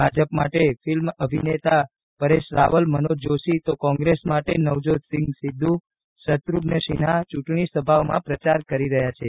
ભાજપ માટે ફિલ્મ અભિનેતા પરેશ રાવલ મનોજ જોષી તો કોંગ્રેસ માટે નવજોતસિંગ સિધ્ધુ શત્રધ્નસિંહા ચૂંટણીસભાઓમાં પ્રચાર કરી રહ્યાં છે